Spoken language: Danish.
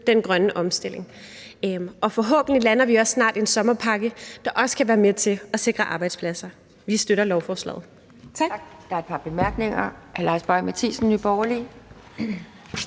den grønne omstilling. Og forhåbentlig lander vi også snart en sommerpakke, der også kan være med til at sikre arbejdspladser. Vi støtter lovforslaget.